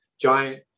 giant